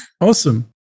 Awesome